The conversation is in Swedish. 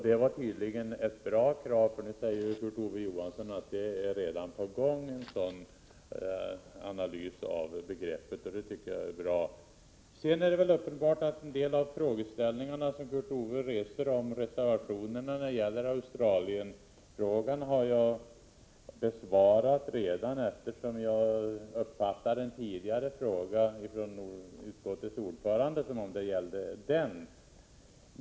Det var tydligen ett bra krav, för nu säger Kurt Ove Johansson att en sådan analys av begreppet redan är på gång. Det tycker jag är bra. En del av de frågeställningar som Kurt Ove Johansson reste om reservationerna när det gäller Australienfrågan har jag redan besvarat, eftersom jag uppfattade en tidigare fråga från utskottets ordförande så, att den gällde detta.